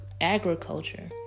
Agriculture